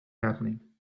happening